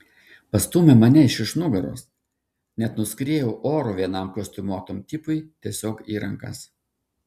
pastūmė mane iš už nugaros net nuskriejau oru vienam kostiumuotam tipui tiesiog į rankas